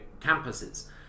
campuses